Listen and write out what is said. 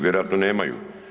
Vjerojatno nemaju.